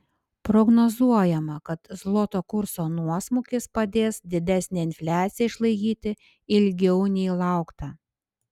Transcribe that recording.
prognozuojama kad zloto kurso nuosmukis padės didesnę infliaciją išlaikyti ilgiau nei laukta